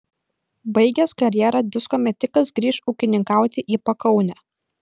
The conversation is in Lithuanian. baigęs karjerą disko metikas grįš ūkininkauti į pakaunę